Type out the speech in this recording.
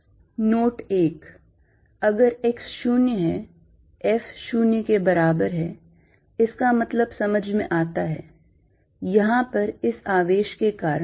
F14π0Qqx2a2432 note एक अगर x 0 है F 0 के बराबर है इसका मतलब समझ में आता है यहां पर इस आवेश के कारण